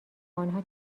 انها